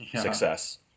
Success